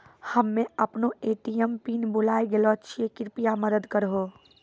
हम्मे अपनो ATM PIN भुलाय गेलो छियै, कृपया मदत करहो